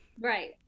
Right